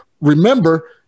Remember